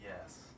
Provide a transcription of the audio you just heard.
Yes